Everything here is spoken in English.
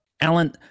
Alan